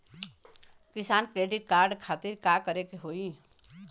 किसान credit card खातिर का करे के होई?